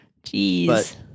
Jeez